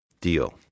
deal